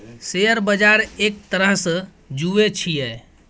share बजार एक तरहसँ जुऐ छियै